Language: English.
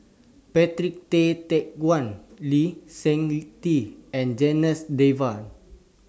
Patrick Tay Teck Guan Lee Seng Tee and Janas Devan